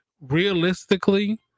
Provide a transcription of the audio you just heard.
realistically